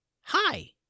Hi